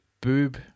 boob